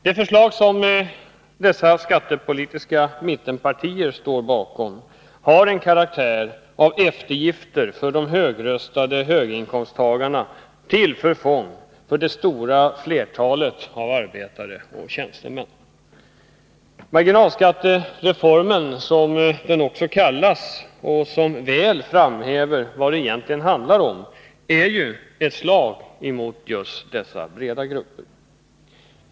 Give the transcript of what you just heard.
Det förslag som dessa skattepolitiska mittenpartier står bakom har en karaktär av eftergifter för de högröstade höginkomsttagarna till förfång för det stora flertalet arbetare och tjänstemän. Marginalskattereformen — som förslaget också kallas, och det framhäver väl vad det egentligen handlar om — är ju ett slag mot dessa breda grupper.